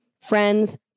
friends